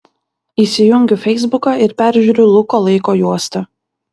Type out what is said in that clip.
įsijungiu feisbuką ir peržiūriu luko laiko juostą